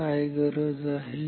काय गरज आहे